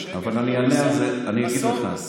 שהם יכריעו.